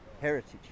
heritage